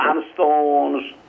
sandstones